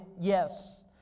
yes